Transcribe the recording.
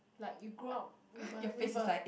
like you go out with a with a